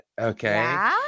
Okay